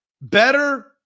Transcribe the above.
better